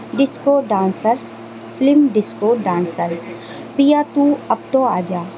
disco dancer film disco dancer پیا تو اب تو آ جا